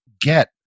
get